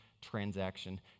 transaction